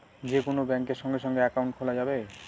যে কোন ব্যাঙ্কে সঙ্গে সঙ্গে একাউন্ট খোলা যাবে